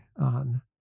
on